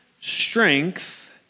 strength